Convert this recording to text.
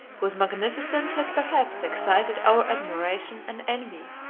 whose magnificence has perhaps excited our admiration and envy,